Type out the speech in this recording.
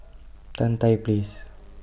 Tan Tye Place